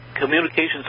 communications